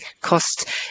cost